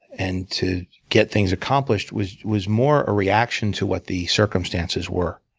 and to get things accomplished was was more a reaction to what the circumstances were.